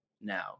now